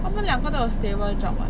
他们两个都有 stable job [what]